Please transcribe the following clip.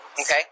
Okay